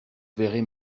verrai